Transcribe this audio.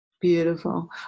Beautiful